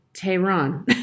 Tehran